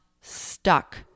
stuck